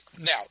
Now